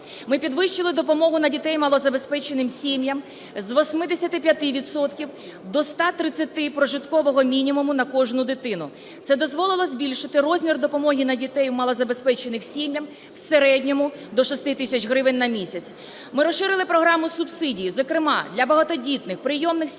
Ми підвищили допомогу на дітей малозабезпеченим сім'ям з 85 відсотків - до 130 прожиткового мінімуму на кожну дитину. Це дозволило збільшити розмір допомоги на дітей у малозабезпечених сім'ях в середньому до 6 тисяч гривень на місяць. Ми розширили програму субсидії, зокрема для багатодітних прийомних сімей